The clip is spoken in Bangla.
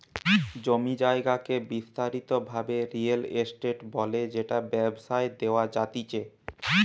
জমি জায়গাকে বিস্তারিত ভাবে রিয়েল এস্টেট বলে যেটা ব্যবসায় দেওয়া জাতিচে